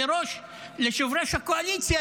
ליושב-ראש הקואליציה,